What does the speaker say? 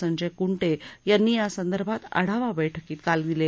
संजय कृटे यांनी यासंदर्भात आढावा बैठकीत काल दिले